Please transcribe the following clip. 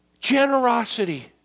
generosity